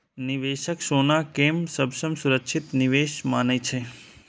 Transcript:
निवेशक सोना कें सबसं सुरक्षित निवेश मानै छै